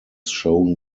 shown